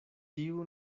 tiu